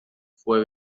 fue